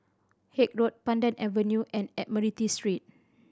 Haig Road Pandan Avenue and Admiralty Street